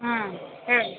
ಹ್ಞೂ ಹೇಳಿ